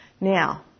Now